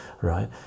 right